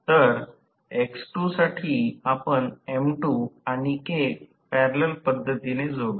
तर x2 साठी आपण M2 आणि K पॅरलल पद्धतीने जोडू